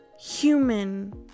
human